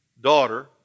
daughter